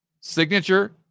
Signature